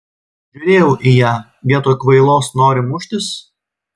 žiūrėjau į ją vietoj kvailos nori muštis